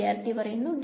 വിദ്യാർത്ഥി dy